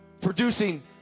Producing